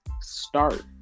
start